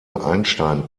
einstein